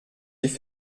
die